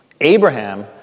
Abraham